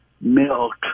Milk